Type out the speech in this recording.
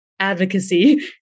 advocacy